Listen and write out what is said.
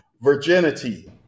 Virginity